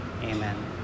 Amen